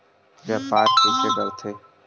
व्यापार कइसे करथे?